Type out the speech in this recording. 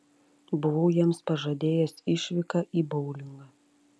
buvau jiems pažadėjęs išvyką į boulingą